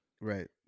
right